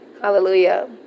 Hallelujah